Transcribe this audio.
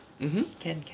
mmhmm can can